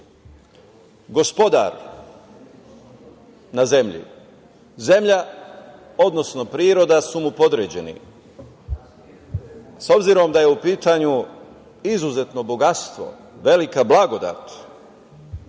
gospodar na zemlji. Zemlja, odnosno priroda su mu podređeni. S obzirom da je u pitanju izuzetno bogatstvo, velika blagodat,